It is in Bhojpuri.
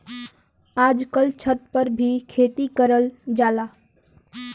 आजकल छत पर भी खेती करल जाला